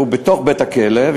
הוא בתוך בית-הכלא,